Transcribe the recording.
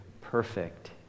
perfect